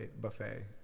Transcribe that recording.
buffet